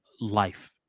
life